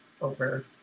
over